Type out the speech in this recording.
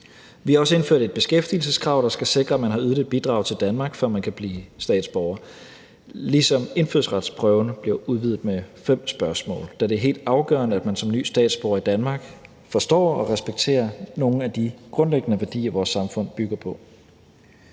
Vi har også indført et beskæftigelseskrav, der skal sikre, at man har ydet et bidrag til Danmark, før man kan blive statsborger, ligesom indfødsretsprøverne bliver udvidet med fem spørgsmål, da det er helt afgørende, at man som ny statsborger i Danmark forstår og respekterer nogle af de grundlæggende værdier, vores samfund bygger på.